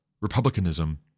Republicanism